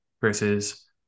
versus